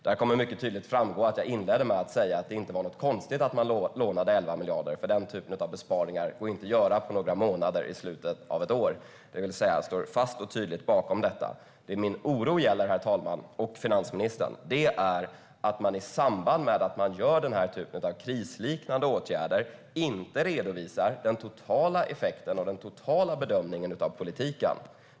Där framgår det mycket tydligt att jag inledde med att säga att det inte var något konstigt att man lånade 11 miljarder, för den typen av besparingar går inte att göra på några månader i slutet av ett år, det vill säga att jag står fast och tydligt bakom detta. Det min oro gäller, herr talman och finansministern, är att man i samband med att man vidtar den här typen av krisliknande åtgärder inte redovisar den totala effekten av politiken.